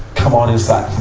come on inside.